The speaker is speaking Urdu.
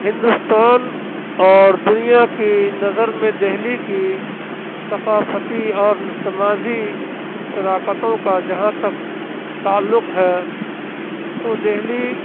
ہندوستان اور دنیا کی نظر میں دہلی کی ثقافتی اور نہ سماجی شراکتوں کا جہاں تک تعلق ہے تو دہلی